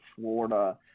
Florida